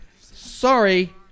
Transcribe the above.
Sorry